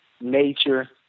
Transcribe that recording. nature